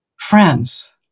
friends